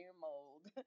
mold